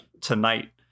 tonight